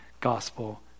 gospel